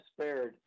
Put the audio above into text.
spared